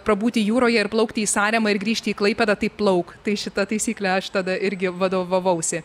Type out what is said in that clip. prabūti jūroje ir plaukti į saremą ir grįžti į klaipėdą tai plauk tai šitą taisyklę aš tada irgi vadovavausi